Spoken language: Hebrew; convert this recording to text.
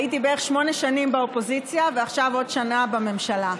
הייתי בערך שמונה שנים באופוזיציה ועכשיו עוד שנה בממשלה.